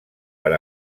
per